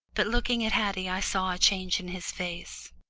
but looking at haddie i saw a change in his face.